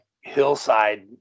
hillside